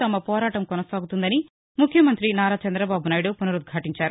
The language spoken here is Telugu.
తమ పోరాటం కొనసాగుతుందని ముఖ్యమంతి నారా చంద్రబాబునాయుడు వునరుద్హాటించారు